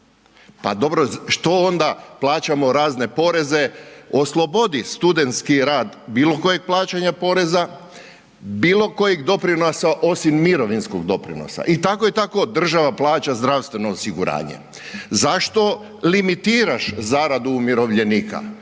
Pa dobro što onda plaćamo razne poreze, oslobodi studentski rad bilokojeg plaćanja poreza, bilokojeg doprinosa osim mirovinskog doprinosa, i tako i tako država plaća zdravstveno osiguranje. Zašto limitiraš zaradu umirovljenika?